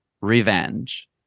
Revenge